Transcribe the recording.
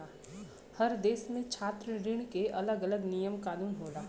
हर देस में छात्र ऋण के अलग अलग नियम कानून होला